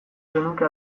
zenuke